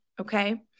Okay